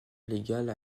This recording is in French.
légale